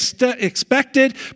expected